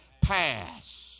pass